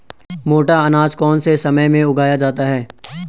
मोटा अनाज कौन से समय में उगाया जाता है?